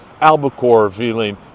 albacore-feeling